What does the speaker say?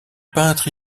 peintre